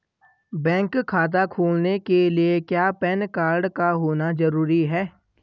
Bank खाता खोलने के लिए क्या पैन कार्ड का होना ज़रूरी है?